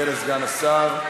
נחכה לסגן השר.